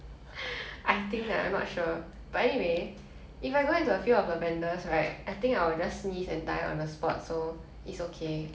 if I go into a field of lavenders right I think I will just sneeze and die on the spot so it's okay my sinus will kill me